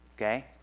okay